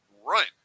run